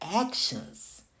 actions